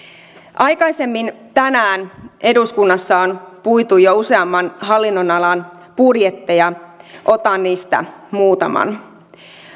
aikaisemmin tänään eduskunnassa on puitu jo useamman hallinnonalan budjetteja otan niistä muutaman